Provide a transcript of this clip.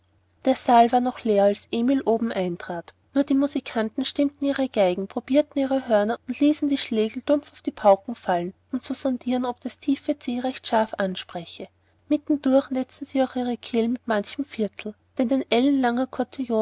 der saal war noch leer als emil oben eintrat nur die musikanten stimmten ihre geigen probierten ihre hörner und ließen die schlegel dumpf auf die pauken fallen um zu sondieren ob das tiefe c recht scharf anspreche mittendurch netzten sie auch ihre kehlen mit manchem viertel denn ein ellenlanger